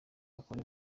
bakora